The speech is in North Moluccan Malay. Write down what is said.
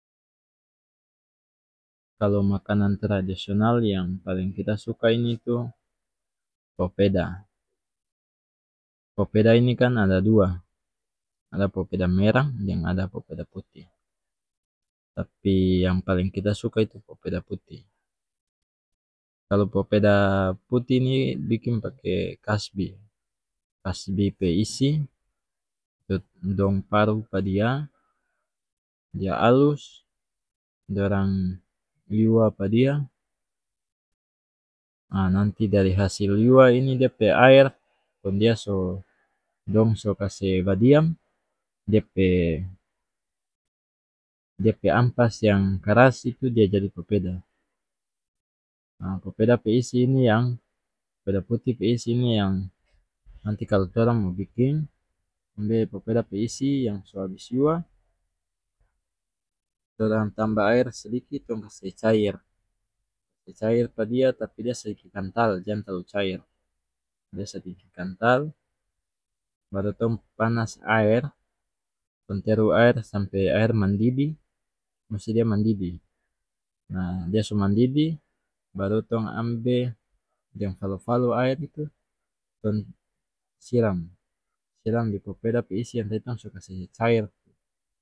Kalu makanan tradisional yang paling kita suka ini tu popeda popeda ini kan ada dua ada popeda merah deng ada popeda putih tapi yang paling kita suka itu popeda putih kalu kopeda putih ni biking pake kasbi kasbi pe isi dong paru pa dia dia alus dorang yuwa pa dia ah nanti dari hasil yuwa ini dia pe aer kong dia so dong so kase badiam dia pe dia pe ampas yang karas itu dia jadi popeda ah popeda pe isi ini yang popeda putih pe isi ini yang nanti kalu torang mo biking ambe popeda pe isi yang so abis yuwa torang tambah aer sdiki tong kase cair kase cair pa dia tapi dia sadiki kantal jang talu cair dia sadiki kantal baru tong panas aer tong teru aer sampe aer mandidih musi dia mandidih nah dia so mandidih baru tong ambe deng falo falo aer itu tong siram siram di popeda pe isi yang tadi tong so kase cair tu.